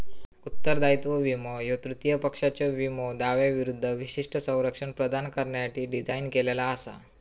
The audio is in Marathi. उत्तरदायित्व विमो ह्यो तृतीय पक्षाच्यो विमो दाव्यांविरूद्ध विशिष्ट संरक्षण प्रदान करण्यासाठी डिझाइन केलेला असा